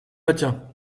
maintiens